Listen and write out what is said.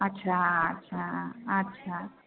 अच्छा अच्छा अच्छा